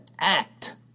act